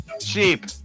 Sheep